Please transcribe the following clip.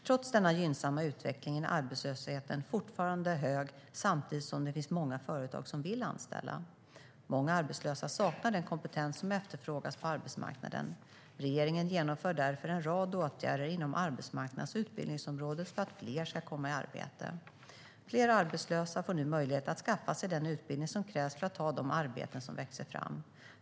Trots denna gynnsamma utveckling är arbetslösheten fortfarande hög, samtidigt som det finns många företag som vill anställa. Många arbetslösa saknar den kompetens som efterfrågas på arbetsmarknaden. Regeringen genomför därför en rad åtgärder inom arbetsmarknads och utbildningsområdet för att fler ska komma i arbete. Fler arbetslösa får nu möjlighet att skaffa sig den utbildning som krävs för att ta de arbeten som växer fram.